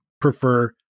prefer